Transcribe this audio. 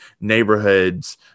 neighborhoods